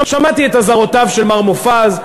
שמעתי את אזהרותיו של מר מופז,